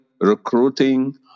recruiting